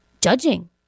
Judging